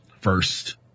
First